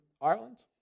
Ireland